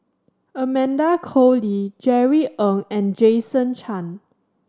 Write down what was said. Amanda Koe Lee Jerry Ng and Jason Chan